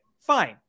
fine